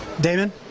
Damon